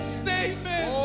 statement